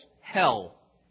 hell